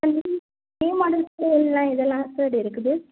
sir new new மாடல்ஸில் எல்லாம் எதெல்லாம் சார் இருக்குது